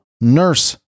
Nurse